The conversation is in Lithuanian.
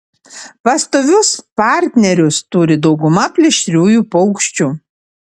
pastovius partnerius turi dauguma plėšriųjų paukščių